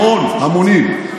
המון, המונים.